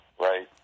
right